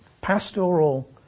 pastoral